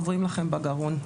עוברים לכם בגרון.